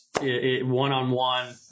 one-on-one